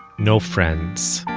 no friends.